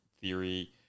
theory